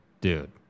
Dude